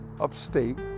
upstate